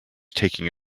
taking